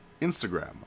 Instagram